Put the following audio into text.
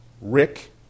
Rick